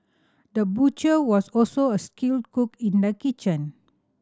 the butcher was also a skilled cook in the kitchen